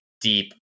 deep